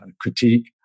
critique